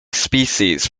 species